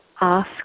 ask